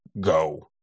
go